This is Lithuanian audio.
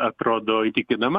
atrodo įtikinama